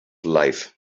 life